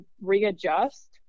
readjust